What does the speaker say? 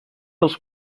als